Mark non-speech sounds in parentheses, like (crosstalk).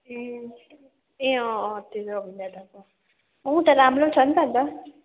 ए ए अँ अँ (unintelligible) ऊ त राम्रो छ नि त अब